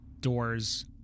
doors